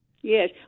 Yes